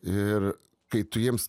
ir kai tu jiems